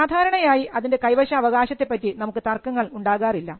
സാധാരണയായി അതിൻറെ കൈവശാവകാശത്തെപ്പറ്റി നമുക്ക് തർക്കങ്ങൾ ഉണ്ടാകാറില്ല